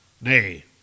Nay